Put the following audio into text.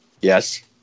Yes